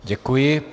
Děkuji.